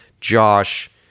Josh